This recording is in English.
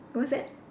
what's that